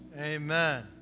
Amen